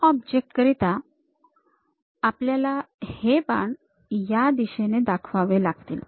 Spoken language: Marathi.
या ऑब्जेक्ट करिता आपल्याला बाण हे या दिशेने दाखवावे लागतील